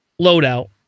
loadout